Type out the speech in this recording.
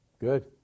good